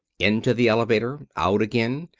into the elevator, out again,